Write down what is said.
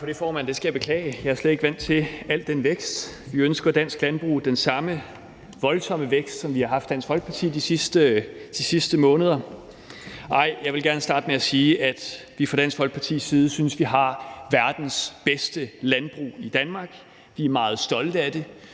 for det, formand. Jeg er slet ikke vant til al den vækst. Vi ønsker dansk landbrug den samme voldsomme vækst, som vi har haft i Dansk Folkeparti de sidste måneder. Ej, jeg vil gerne starte med at sige, at vi fra Dansk Folkepartis side synes, vi har verdens bedste landbrug i Danmark. Vi er meget stolte af det,